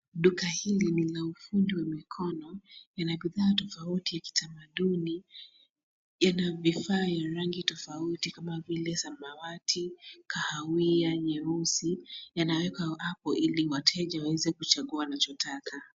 Duka hili ni la ufundi wa mikono yenye bidhaa tofauti ya kitamaduni. Yana vifaa ya rangi tofauti kama vile samawati, kahawia, nyeusi. Yanawekwa hapo ili wateja waweze kuchagua wanachotaka.